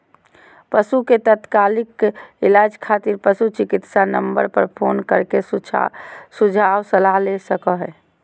पशु के तात्कालिक इलाज खातिर पशु चिकित्सा नम्बर पर फोन कर के सुझाव सलाह ले सको हखो